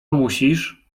musisz